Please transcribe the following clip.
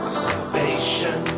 salvation